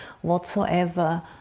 whatsoever